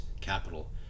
capital